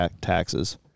taxes